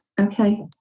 Okay